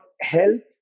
help